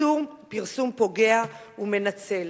איסור פרסום פוגע ומנצל.